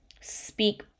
speak